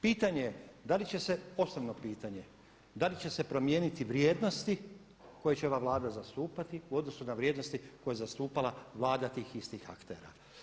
Pitanje je da li će se, osnovno pitanje, da li će se promijeniti vrijednosti koje će ova Vlada zastupati u odnosu na vrijednosti koje je zastupala Vlada tih istih aktera.